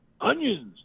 onions